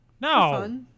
No